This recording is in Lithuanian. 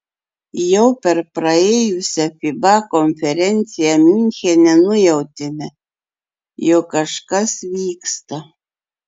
jau per praėjusią fiba konferenciją miunchene nujautėme jog kažkas vyksta